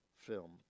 film